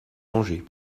angers